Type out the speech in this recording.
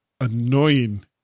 annoying